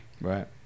Right